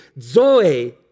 zoe